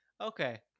Okay